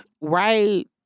right